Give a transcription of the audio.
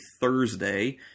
Thursday